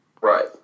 Right